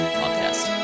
podcast